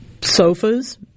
sofas